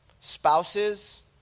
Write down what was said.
Spouses